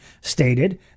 stated